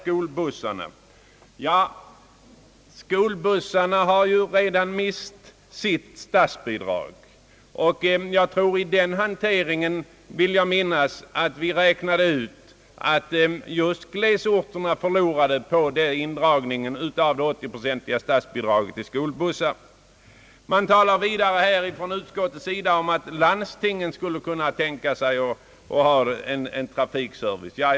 Kommunerna har redan mist sitt 80-procentiga statsbidrag till skolskjutsarna, och jag vill minnas att i den hanteringen förlorade glesbygdskommunerna mest. Vidare talar utskottet om att landstingen borde kunna tänka sig att ta upp trafikfrågor.